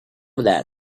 that